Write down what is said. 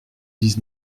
dix